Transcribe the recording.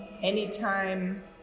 anytime